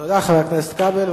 תודה לחבר הכנסת כבל.